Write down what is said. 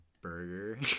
burger